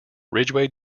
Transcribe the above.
ridgway